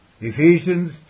Ephesians